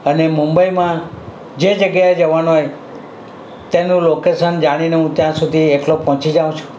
અને મુંબઇમાં જે જગ્યાએ જવાનું હોય તેનું લોકેશન જાણીને હું ત્યાં સુધી એકલો પહોંચી જાઉં છું